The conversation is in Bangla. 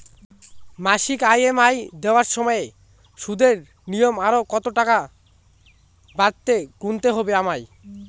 মাসিক ই.এম.আই দেওয়ার সময়ে সুদের নিমিত্ত আরো কতটাকা বাড়তি গুণতে হবে আমায়?